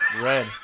Red